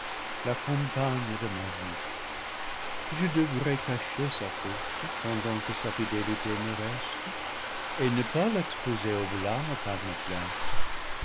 la compagne de ma vie je devrais cacher sa faute pendant que sa fidélité me reste et ne pas l'exposer au blâme par ma plainte